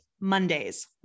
Mondays